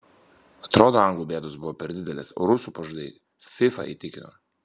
atrodo anglų bėdos buvo per didelės o rusų pažadai fifa įtikino